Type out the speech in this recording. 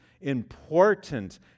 important